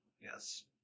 Yes